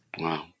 Wow